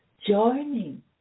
joining